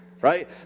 right